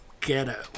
ghetto